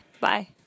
Bye